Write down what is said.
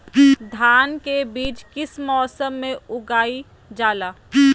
धान के बीज किस मौसम में उगाईल जाला?